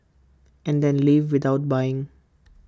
and then leave without buying